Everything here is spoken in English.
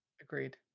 Agreed